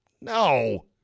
No